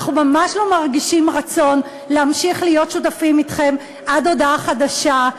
ואנחנו ממש לא מרגישים רצון להמשיך להיות שותפים אתכם עד הודעה חדשה.